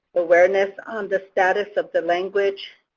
awareness on the status of the language.